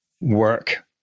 work